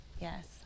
Yes